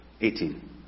Eighteen